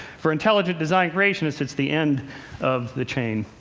for intelligent design creationists, it's the end of the chain.